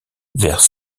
vers